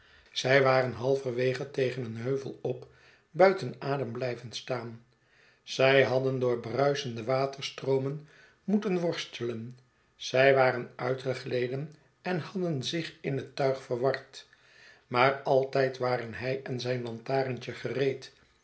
zij waren halverwege tegen een heuvel op buiten adem blijven staan zij hadden door bruisende waterstroomen moeten worstelen zij waren uitgegleden en hadden zich in het tuig verward maar altijd waren hij en zijn lantaarntje gereed